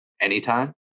anytime